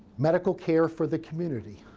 medical care for the community.